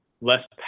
less